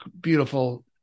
beautiful